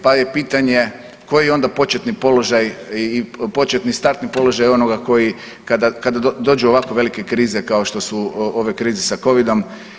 Pa je pitanje koji je onda početni položaj i početni startni položaj onoga koji kada dođe u ovako velike krize kao što su ove krize sa Covid-om?